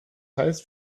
heißt